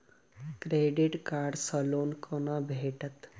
Credit card सँ loan कोना भेटत?